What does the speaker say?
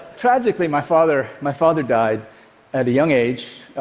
tragically, my father my father died at a young age,